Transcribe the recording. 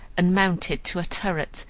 and mounted to a turret,